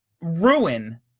ruin